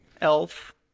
Elf